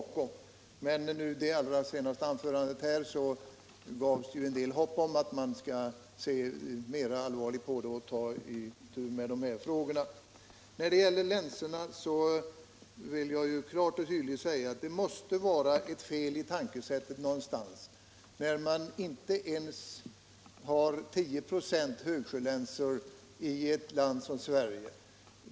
Men i herr Antonssons senaste anförande gavs visst hopp om att man mera allvarligt skall ta itu med dessa frågor. När det gäller länsorna vill jag klart och tydligt säga ifrån, att man måste tänka fel någonstans när inte ens 10 96 av tillgängliga medel går till högsjölänsor i ett land som Sverige.